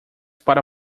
para